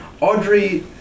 Audrey